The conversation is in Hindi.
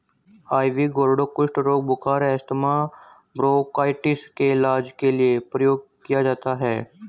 आइवी गौर्डो कुष्ठ रोग, बुखार, अस्थमा, ब्रोंकाइटिस के इलाज के लिए प्रयोग किया जाता है